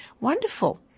wonderful